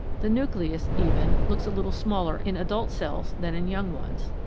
the nucleus even looks a little smaller in adult cells than in young ones.